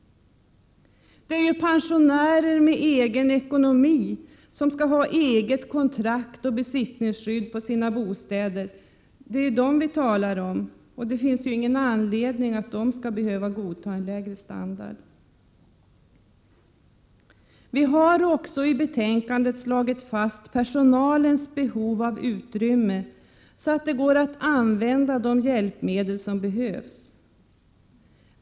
Det är ju pensionärer som har egen ekonomi och som skall ha kontrakt och besittningsskydd på sina bostäder som vi talar om, och det finns ingen anledning att dessa pensionärer skall behöva godta en lägre standard. Vi har i betänkandet också slagit fast personalens behov av utrymme, så att det går att använda de hjälpmedel som behövs.